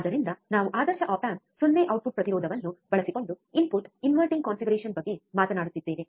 ಆದ್ದರಿಂದ ನಾವು ಆದರ್ಶ ಆಪ್ ಆಂಪ್ 0 ಔಟ್ಪುಟ್ ಪ್ರತಿರೋಧವನ್ನು ಬಳಸಿಕೊಂಡು ಇನ್ಪುಟ್ ಇನ್ವರ್ಟಿಂಗ್ ಕಾನ್ಫಿಗರೇಶನ್ ಬಗ್ಗೆ ಮಾತನಾಡುತ್ತಿದ್ದೇವೆ